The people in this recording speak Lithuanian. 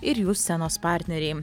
ir jų scenos partneriai